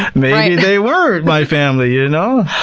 maybe they weren't my family, ya know!